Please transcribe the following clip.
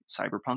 Cyberpunk